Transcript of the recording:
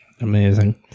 Amazing